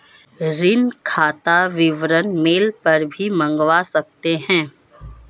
ऋण खाता विवरण मेल पर भी मंगवा सकते है